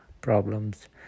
problems